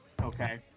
okay